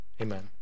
Amen